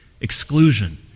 Exclusion